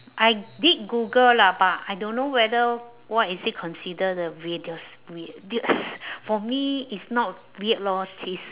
I did google lah but I don't know whether what is it consider the weirdest weirdest for me it's not weird lor it is